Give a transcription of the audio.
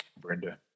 Brenda